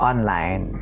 Online